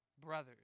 brothers